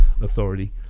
authority